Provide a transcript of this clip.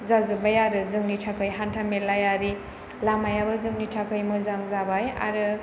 जाजोबबाय आरो जोंनि थाखाय हान्था मेलायारि लामायाबाे जोंनि थाखाय मोजां जाबाय आरो